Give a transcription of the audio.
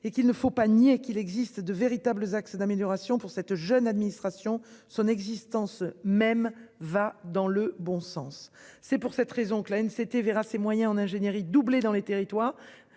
et qu'il ne faut pas nier qu'il existe de véritables axes d'amélioration pour cette jeune administration son existence même va dans le bon sens. C'est pour cette raison que la haine c'était verra ses moyens en ingénierie doubler dans les territoires.